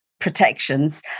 protections